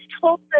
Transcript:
told